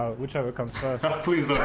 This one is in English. whichever comes first. just